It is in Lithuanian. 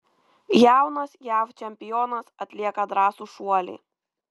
jaunas jav čempionas atlieka drąsų šuolį